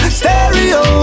stereo